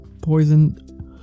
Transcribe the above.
poisoned